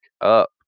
up